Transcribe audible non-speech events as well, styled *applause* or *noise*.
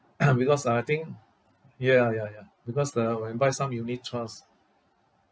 *coughs* because I think ya ya ya because the when buy some unit trusts